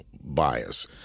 bias